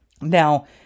Now